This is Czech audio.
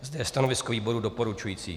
Zde je stanovisko výboru doporučující.